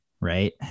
right